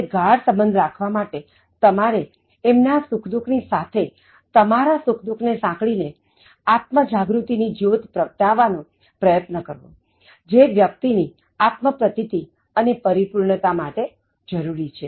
હવે ગાઢ સંબંધ રાખવા માટે તમારે એમના સુખ દુઃખ ની સાથે તમારા સુખ દુઃખ ને સાંકળી ને આત્મ જાગૃતિ ની જ્યોત પ્રગટાવવા નો પ્રયત્ન કરો જે વ્યક્તિ ની આત્મ પ્રતીતિ અને પરિપૂર્ણતા માટે જરૂરી છે